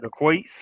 equates